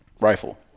rifle